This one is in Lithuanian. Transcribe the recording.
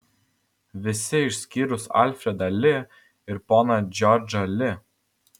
visi išskyrus alfredą li ir poną džordžą li